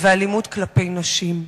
ואלימות כלפי נשים.